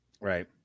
Right